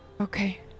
Okay